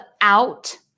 out